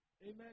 Amen